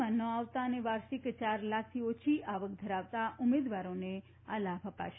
માં ન આવતા અને વાર્ષિક ચાર લાખથી ઓછી આવક ધરાવતા ઉમેદવારોને આ લાભ અપાશે